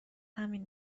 همین